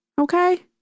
okay